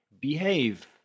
behave